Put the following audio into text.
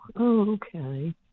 okay